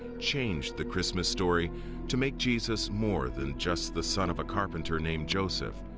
changed the christmas story to make jesus more. than just the son of a carpenter named joseph,